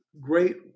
great